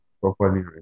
Properly